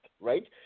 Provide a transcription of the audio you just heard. right